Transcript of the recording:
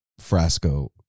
Frasco